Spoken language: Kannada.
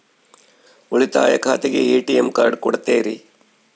ಉಳಿತಾಯ ಖಾತೆಗೆ ಎ.ಟಿ.ಎಂ ಕಾರ್ಡ್ ಕೊಡ್ತೇರಿ?